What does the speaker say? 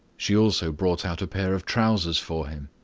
she also brought out a pair of trousers for him.